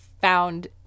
found